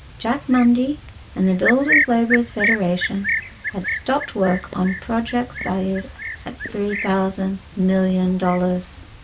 jack mundey and the builders labourers federation had stopped work on projects valued at three thousand million dollars.